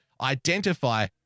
identify